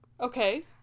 Okay